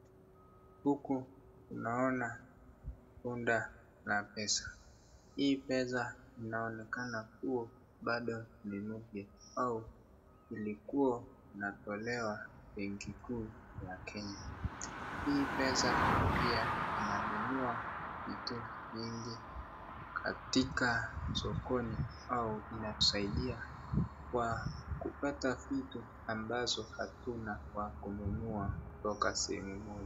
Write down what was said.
Huku ninaona bunda la pesa hii pesa inaonekana kuwa bado ni mpya au ilikuwa inatolewa kwa bengi kuu ya kenya, hii pesa pia inanunua vitu mingi katika sokni au inatusaidia Kwa kupata vitu ambazo hatuna kwa kununua kutoka sehemu moja.